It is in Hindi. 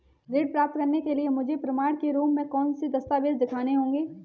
ऋण प्राप्त करने के लिए मुझे प्रमाण के रूप में कौन से दस्तावेज़ दिखाने होंगे?